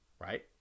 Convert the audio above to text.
Right